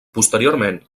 posteriorment